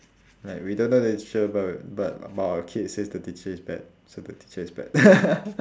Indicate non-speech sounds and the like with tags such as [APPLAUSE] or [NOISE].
like we don't know the teacher but but but our kid says the teacher is bad so the teacher is bad [LAUGHS]